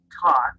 taught